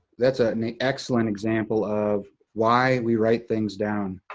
that's ah an excellent example of why we write things down.